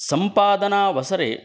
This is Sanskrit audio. सम्पादनावसरे